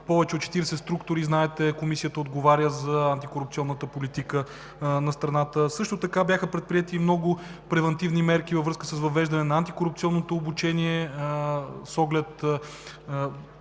повече от 40 структури. Знаете, че Комисията отговаря за антикорупционната политика на страната. Бяха предприети и много превантивни мерки във връзка с въвеждане на антикорупционното обучение.